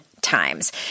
times